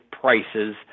prices